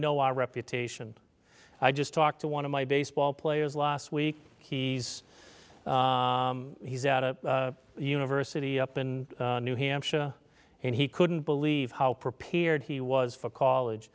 know our reputation i just talked to one of my baseball players last week he's he's at a university up in new hampshire and he couldn't believe how prepared he was for call